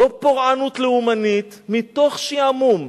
לא פורענות לאומית, מתוך שעמום.